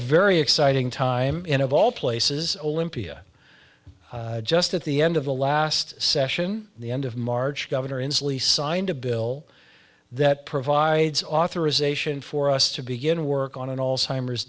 very exciting time in of all places olympia just at the end of the last session the end of march governor inslee signed a bill that provides authorization for us to begin work on an all simers